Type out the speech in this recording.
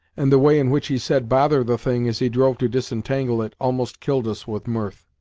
and the way in which he said, bother the thing! as he drove to disentangle it almost killed us with mirth.